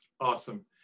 Awesome